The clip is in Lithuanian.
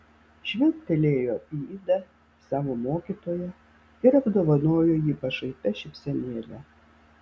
žvilgtelėjo į idą savo mokytoją ir apdovanojo jį pašaipia šypsenėle